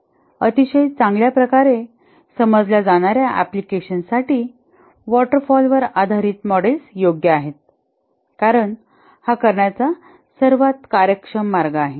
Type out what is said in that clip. अतिशय चांगल्या प्रकारे समजल्या जाणार्या अँप्लिकेशनसाठी वॉटर फॉल वर आधारीत मॉडेल्स योग्य आहेत कारण हा करण्याचा सर्वात कार्यक्षम मार्ग आहे